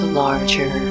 larger